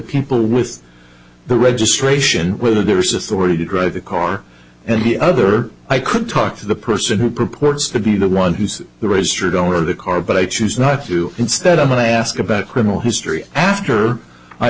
people with the registration whether there's authority to drive the car and the other i could talk to the person who purports to be the one who's the registered owner of the car but i choose not to instead of i ask about criminal history after i